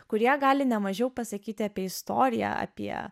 kurie gali ne mažiau pasakyti apie istoriją apie